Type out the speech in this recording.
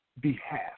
behalf